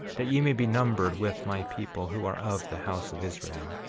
that ye may be numbered with my people who are of the house of israel